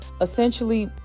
essentially